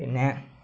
പിന്നെ